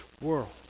world